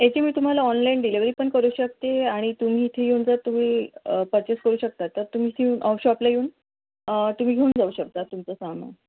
याची मी तुम्हाला ऑनलाईन डिलेव्हरी पण करू शकते आणि तुम्ही इथे येऊन जर तुम्ही पर्चेस करू शकता तर तुम्ही इथे येऊन शॉपला येऊन तुम्ही घेऊन जाऊ शकता तुमचं सामान